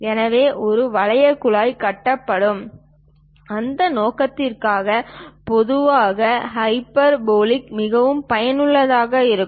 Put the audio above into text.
எனவே ஒரு வரைவுக் குழாய் கட்டப்படும் அந்த நோக்கத்திற்காக பொதுவாக ஹைப்பர்போலாக்கள் மிகவும் பயனுள்ளதாக இருக்கும்